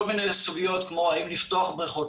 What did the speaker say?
כל מיני סוגיות כמו האם לפתוח בריכות,